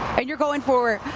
and you're going for,